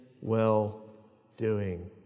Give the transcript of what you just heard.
well-doing